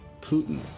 Putin